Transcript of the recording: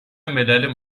ملل